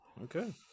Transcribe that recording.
Okay